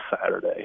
Saturday